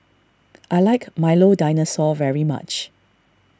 I like Milo Dinosaur very much